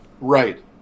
Right